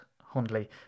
Hundley